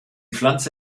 pflanze